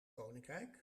koninkrijk